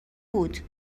بود